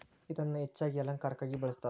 ಇದನ್ನಾ ಹೆಚ್ಚಾಗಿ ಅಲಂಕಾರಕ್ಕಾಗಿ ಬಳ್ಸತಾರ